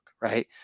right